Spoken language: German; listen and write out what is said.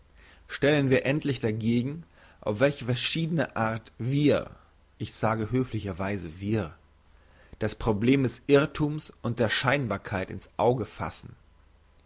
stellen wir endlich dagegen auf welche verschiedne art wir ich sage höflicher weise wir das problem des irrthums und der scheinbarkeit in's auge fassen